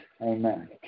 Amen